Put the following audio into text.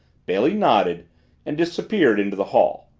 bailey nodded and disappeared into the hall.